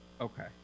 Okay